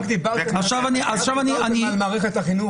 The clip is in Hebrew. רק דיברתם על מערכת החינוך.